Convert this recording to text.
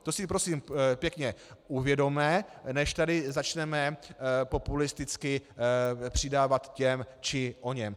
To si prosím pěkně uvědomme, než tady začneme populisticky přidávat těm či oněm.